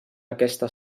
aquesta